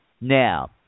now